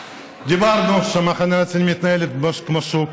דיברנו שסיעת המחנה הציוני מתנהלת כמו שוק,